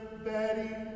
Betty